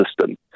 system